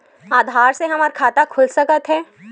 आधार से हमर खाता खुल सकत हे?